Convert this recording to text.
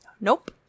Nope